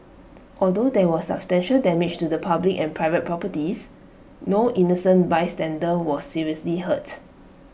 although there was substantial damage to the public and private properties no innocent bystander was seriously hurt